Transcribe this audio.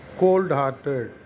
cold-hearted